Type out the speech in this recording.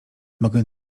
mogę